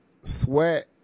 Sweat